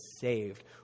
saved